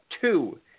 two